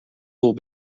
will